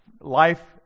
life